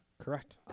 Correct